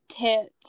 tits